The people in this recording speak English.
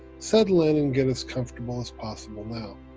settle in and get as comfortable as possible now.